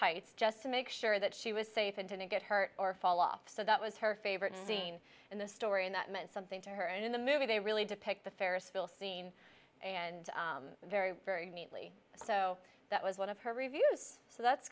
heights just to make sure that she was safe and to not get hurt or fall off so that was her favorite scene in the story and that meant something to her and in the movie they really depict the ferris wheel scene and very very neatly so that was one of her reviews so that's